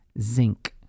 zinc